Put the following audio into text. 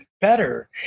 better